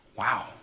Wow